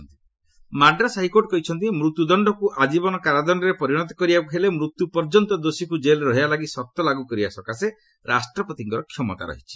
Madras HC death sentence Madras high court କହିଛନ୍ତି ମୃତ୍ୟୁଦଶ୍ଚକୁ ଆଜୀବନ କାରାଦଣ୍ଡରେ ପରିଣତ କରିବାକୁ ହେଲେ ମୃତ୍ୟୁ ପର୍ଯ୍ୟନ୍ତ ଦୋଷୀକୁ ଜେଲ୍ରେ ରହିବା ଲାଗି ସର୍ତ୍ତ ଲାଗୁ କରିବା ସକାଶେ ରାଷ୍ଟ୍ରପତିଙ୍କର କ୍ଷମତା ରହିଛି